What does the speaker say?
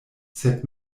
sed